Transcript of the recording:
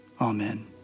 Amen